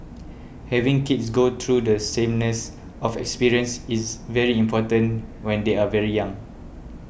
having kids go through the sameness of experience is very important when they are very young